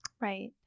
Right